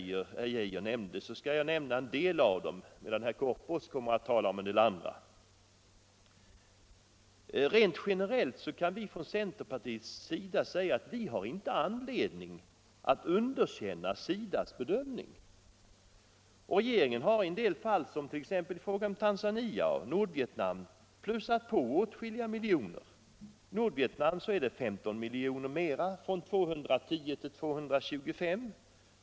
Jag skall nämna en del av dem; herr Korpås kommer att tala om en del andra. Rent generellt kan vi från centerpartiet säga att vi inte har anledning att underkänna SIDA:s bedömning. Regeringen har i en del fall — t.ex. i fråga om Tanzania och Nordvietnam — plussat på åtskilliga miljoner. Nordvietnam skall få 15 miljoner mera — en höjning från 210 till 225 miljoner.